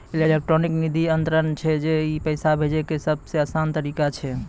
electronic निधि अन्तरन जे छै ई पैसा भेजै के सभ से असान तरिका छै